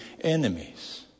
enemies